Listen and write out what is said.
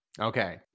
Okay